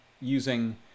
using